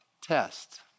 test